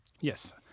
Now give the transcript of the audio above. Yes